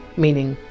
meaning!